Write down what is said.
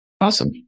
Awesome